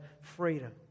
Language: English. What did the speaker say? freedom